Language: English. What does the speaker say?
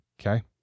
Okay